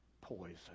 poison